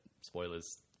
spoilers